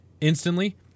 instantly